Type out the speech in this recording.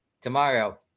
tomorrow